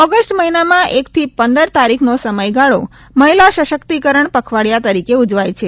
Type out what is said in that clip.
August મહિનામાં એકથી પંદર તારીખનો સમયગાળો મહિલા સશક્તિકરણ પખવાડિયા તરીકે ઉજવાય છે